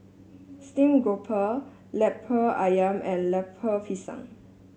Steamed Grouper lemper ayam and Lemper Pisang